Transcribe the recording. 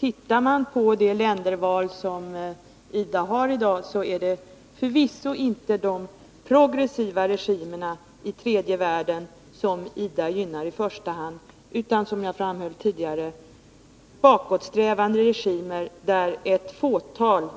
Ser man på det länderval som IDA har i dag är det förvisso inte de progressiva regimerna i tredje världen som IDA gynnar i första hand utan — som jag framhöll tidigare — bakåtsträvande regimer där ett fåtal